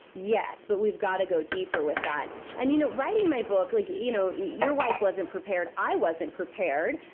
yes. but we've gotta go deeper with that and you know, writing my book, like yeah you know your wife wasn't prepared. i wasn't prepared.